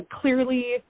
clearly